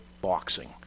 boxing